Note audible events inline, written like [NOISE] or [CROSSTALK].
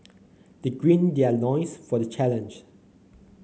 they [UNINTELLIGIBLE] their loins for the challenge